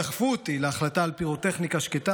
שדחפו אותי להחלטה על פירוטכניקה שקטה